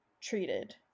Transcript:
treated